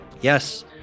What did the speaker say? yes